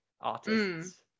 artists